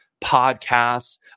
podcasts